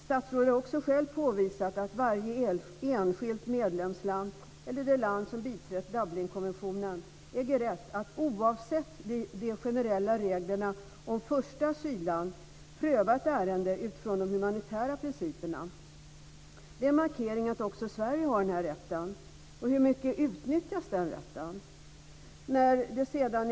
Statsrådet har själv påvisat att varje enskilt medlemsland eller det land som biträtt Dublinkonventionen äger rätt att oavsett de generella reglerna om första asylland pröva ett ärende utifrån de humanitära principerna. Det är en markering av att också Sverige har den rätten. Men hur mycket utnyttjas den?